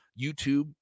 YouTube